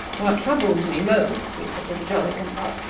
what troubles me most, he said to the jolly-cum-pop,